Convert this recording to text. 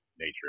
nature